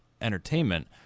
entertainment